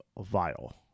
vile